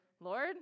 Lord